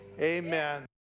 Amen